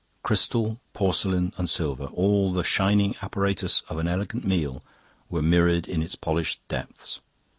crystal, porcelain, and silver all the shining apparatus of an elegant meal were mirrored in its polished depths.